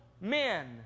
men